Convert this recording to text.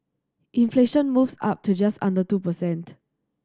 inflation moves up to just under two per cent